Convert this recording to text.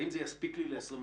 האם זה יספיק לי ל-24 שעות?